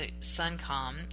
Suncom